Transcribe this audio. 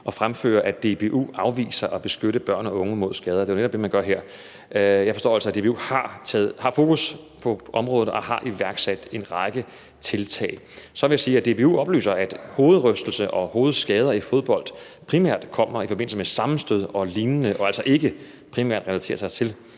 at fremføre, at DBU afviser at beskytte børn og unge mod skader. Det er jo netop det, man gør her. Jeg forstår altså, at DBU har fokus på området og har iværksat en række tiltag. Så vil jeg sige, at DBU oplyser, at hovedrystelse og hovedskader i fodbold primært kommer i forbindelse med sammenstød og lignende og altså ikke primært relaterer sig til